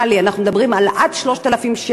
אנחנו מדברים על עד 3,000 שקל,